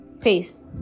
Peace